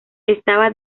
estaba